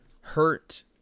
hurt